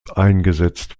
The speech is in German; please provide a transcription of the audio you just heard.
eingesetzt